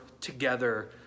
together